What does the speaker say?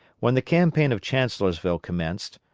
when the campaign of chancellorsville commenced,